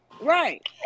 Right